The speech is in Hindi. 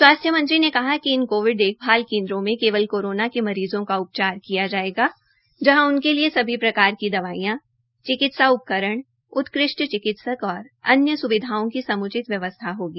स्वास्थ्य मंत्री ने कहा कि इन कॉविड देखभाल केन्द्रों में केवल कोरोना के मरीजों का उपचार किया जाएगा जहां उनके लिए सभी प्रकार की दवाइयां चिकित्सा उपकरण उत्कृष्ट चिकित्सक तथा अन्य स्विधाओं की समुचित व्यवस्था होगी